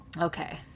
Okay